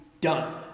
done